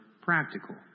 practical